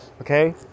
Okay